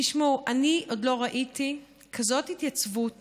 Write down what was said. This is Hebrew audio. תשמעו, אני עוד לא ראיתי כזאת התייצבות